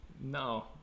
No